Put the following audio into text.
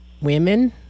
women